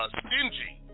stingy